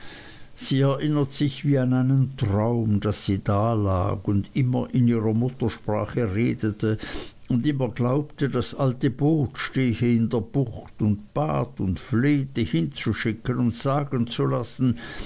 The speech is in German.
sie erinnert sich wie an einen traum daß sie dalag und immer in ihrer muttersprache redete und immer glaubte das alte boot stehe in der bucht und bat und flehte hinzuschicken und sagen zu lassen